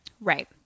right